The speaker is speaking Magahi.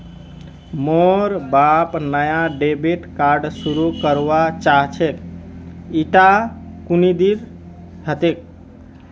मोर बाप नाया डेबिट कार्ड शुरू करवा चाहछेक इटा कुंदीर हतेक